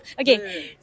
Okay